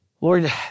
Lord